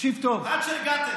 עד שהגעתם.